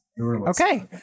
Okay